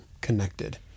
connected